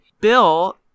Bill